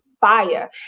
fire